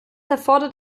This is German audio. erfordert